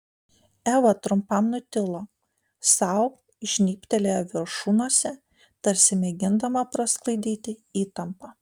eva trumpam nutilo sau žnybtelėjo viršunosę tarsi mėgindama prasklaidyti įtampą